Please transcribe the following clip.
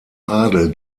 adel